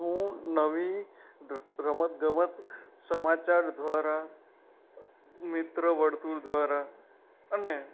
હું નવી ર રમત ગમત સમાચાર દ્વારા મિત્ર વર્તુળ દ્વારા